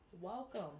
Welcome